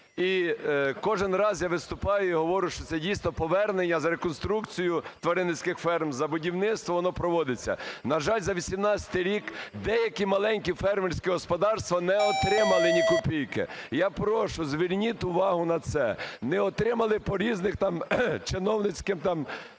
І кожен раз я виступаю і говорю, що це дійсно повернення за реконструкцію тваринницьких ферм, за будівництво, воно проводиться. На жаль, за 2018 рік деякі маленькі фермерські господарства не отримали ні копійки. Я прошу, зверніть увагу на це. Не отримали по різним там чиновницьким